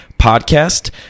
podcast